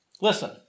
Listen